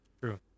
True